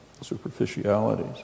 superficialities